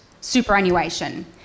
superannuation